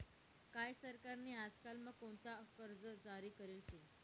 काय सरकार नी आजकाल म्हा कोणता कर्ज जारी करेल शे